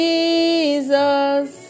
Jesus